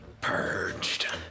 purged